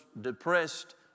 depressed